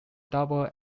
double